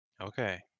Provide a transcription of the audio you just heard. Okay